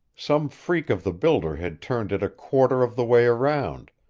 some freak of the builder had turned it a quarter of the way around,